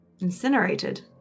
incinerated